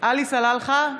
עלי סלאלחה,